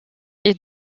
est